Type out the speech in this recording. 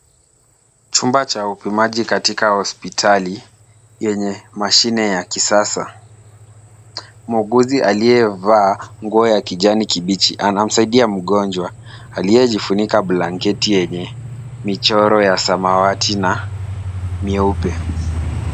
Chumba cha upimaji katika hospitali yenye mashine ya kisasa. Muuguzi aliyevaa nguo ya kijani kibichi, anamsaidia mgonjwa aliyejifunika blanketi yenye michoro ya samawati na mieupe.